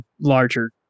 larger